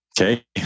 Okay